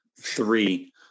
three